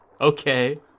Okay